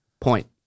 point